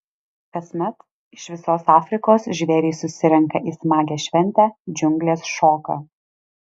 kasmet iš visos afrikos žvėrys susirenka į smagią šventę džiunglės šoka